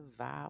vibe